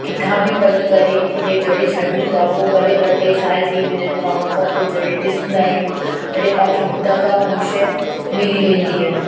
किथां बि पढ़ी करे ने जॾहिं छॾूं था पोइ भले ॿ टे साल थी वञनि तव्हां हुनखां पोइ जॾहिं ॾिसंदा आहियूं तॾहिं तव्हांखे हुतां खां हूअ शइ मिली वेंदी आहे